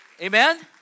Amen